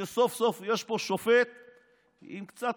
שסוף-סוף יש פה שופט עם קצת